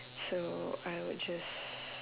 so I would just